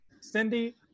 Cindy